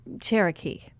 Cherokee